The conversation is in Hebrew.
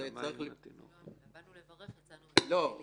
באנו לברך יצאנו מקללים.